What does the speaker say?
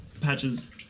Patches